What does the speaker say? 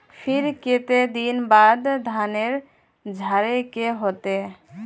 फिर केते दिन बाद धानेर झाड़े के होते?